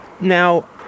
now